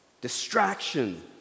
distraction